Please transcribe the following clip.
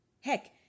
Heck